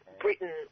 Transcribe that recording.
Britain